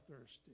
thirsty